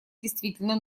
действительно